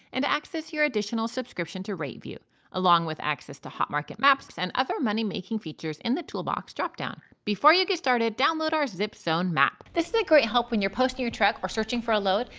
and access your additional subscription to rateview, along with access to hot market maps and other money-making features in the toolbox drop-down. before you get started, download our zip zone map. this is a great help when you're posting your truck or searching for a load,